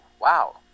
wow